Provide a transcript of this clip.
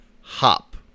Hop